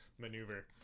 maneuver